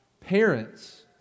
Parents